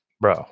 bro